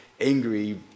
angry